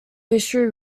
fishery